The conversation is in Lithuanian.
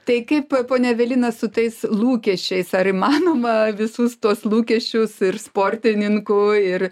tai kaip a ponia evelina su tais lūkesčiais ar įmanoma visus tuos lūkesčius ir sportininkų ir